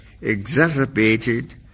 exacerbated